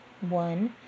one